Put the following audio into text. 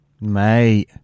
mate